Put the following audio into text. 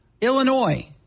Illinois